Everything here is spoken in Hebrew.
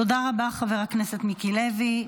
תודה רבה, חבר הכנסת מיקי לוי.